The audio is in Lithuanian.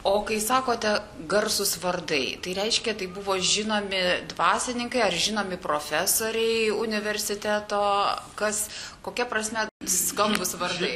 o kai sakote garsūs vardai tai reiškia tai buvo žinomi dvasininkai ar žinomi profesoriai universiteto kas kokia prasme skambūs vardai